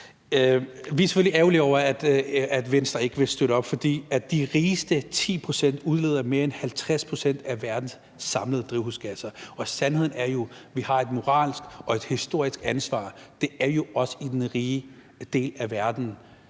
Vi er selvfølgelig ærgerlige over, at Venstre ikke vil støtte op, for de rigeste 10 pct. udleder mere end 50 pct. af verdens samlede drivhusgasser, og sandheden er jo, at vi har et moralsk og et historisk ansvar, for det er os i den rige del af verden,